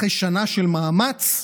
אחרי שנה של מאמץ,